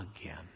again